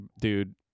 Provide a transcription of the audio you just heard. dude